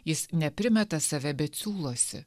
jis neprimeta save bet siūlosi